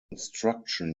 construction